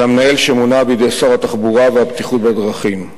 למנהל שמונה בידי שר התחבורה והבטיחות בדרכים.